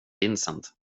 vincent